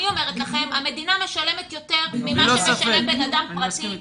אני אומרת לכם שבסוף המדינה משלמת יותר ממה שמשלם בן אדם פרטי.